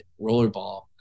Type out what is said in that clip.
rollerball